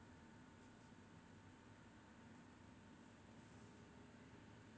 ya and then um ya so um ya